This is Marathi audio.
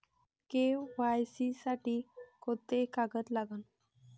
के.वाय.सी साठी कोंते कागद लागन?